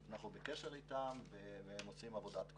אנחנו בקשר איתם והם עושים עבודת קודש.